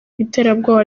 iterabwoba